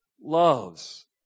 Loves